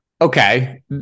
Okay